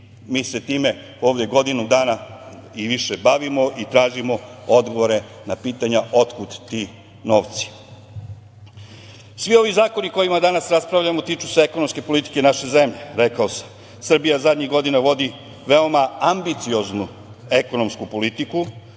mi se time ovde godinu dana i više bavimo i tražimo odgovore na pitanja otkud ti novci. Svi ovi zakoni o kojima danas raspravljamo tiču se ekonomske politike naše zemlje, rekao sam. Srbija zadnjih godina vodi veoma ambicioznu ekonomsku politiku,